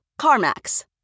CarMax